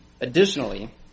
Additionally